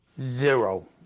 zero